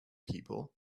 people